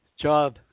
job